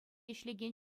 ӗҫлекен